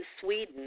Sweden